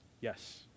Yes